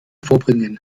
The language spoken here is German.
vorbringen